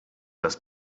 das